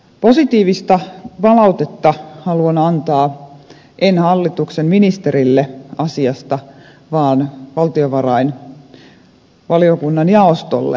positiivista palautetta haluan antaa en hallituksen ministerille asiasta vaan valtiovarainvaliokunnan jaostolle saaristoliikenteestä